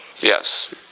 Yes